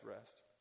rest